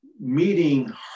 meeting